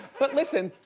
but, listen,